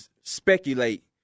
speculate